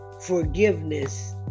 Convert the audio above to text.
Forgiveness